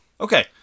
Okay